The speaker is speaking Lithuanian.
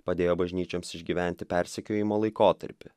padėjo bažnyčioms išgyventi persekiojimo laikotarpį